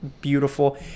beautiful